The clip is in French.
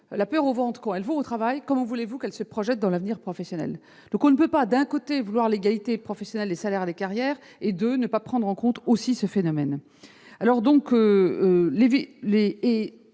la peur au ventre quand elles vont au travail, comment voulez-vous qu'elles se projettent dans l'avenir professionnel ? On ne peut pas, d'un côté, vouloir l'égalité professionnelle des salaires et des carrières, et, de l'autre, ne pas prendre en compte un tel phénomène. Force est